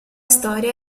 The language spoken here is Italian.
storia